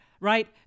right